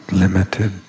limited